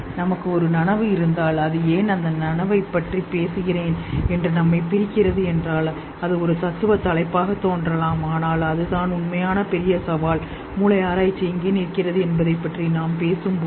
நமக்கு ஒரு நனவு இருந்தால் அது ஏன் நான் நனவைப் பற்றி பேசுகிறேன் என்று நம்மைப் பிரிக்கிறது என்றால் அது ஒரு தத்துவ தலைப்பாகத் தோன்றலாம் ஆனால் அதுதான் உண்மையான பெரிய சவால் மூளை ஆராய்ச்சி எங்கே நிற்கிறது என்பதைப் பற்றி நாம் எப்போது பேசுவோம்